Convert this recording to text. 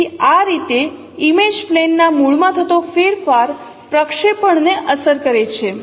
તેથી આ રીતે ઇમેજ પ્લેન ના મૂળ માં થતો ફેરફાર પ્રક્ષેપણ મેટ્રિક્સ ને અસર કરે છે